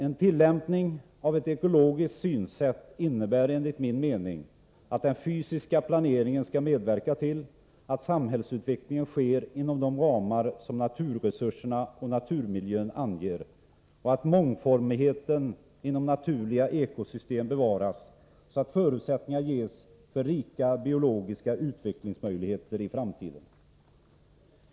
En tillämpning av ett ekologiskt synsätt innebär enligt min mening att den fysiska planeringen skall medverka till att samhällsutvecklingen sker inom de ramar som naturresurserna och naturmiljön anger och att mångformigheten inom naturliga ekosystem bevaras, så att förutsättningar ges för rika biologiska utvecklingsmöjligheter i framtiden.